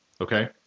Okay